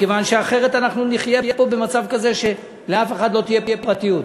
מכיוון שאחרת נחיה פה במצב כזה שלאף אחד לא תהיה פרטיות.